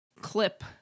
clip